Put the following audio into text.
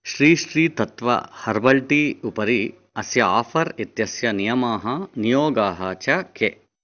Shri Sri Tattva herbal tea उपरि अस्य offer इत्यस्य नियमाः नियोगाः च के